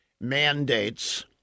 mandates